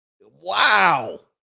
Wow